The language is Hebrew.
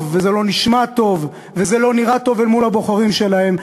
וזה לא נשמע טוב וזה לא נראה טוב אל מול הבוחרים שלהם,